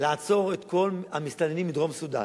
לעצור את כל המסתננים מדרום-סודן,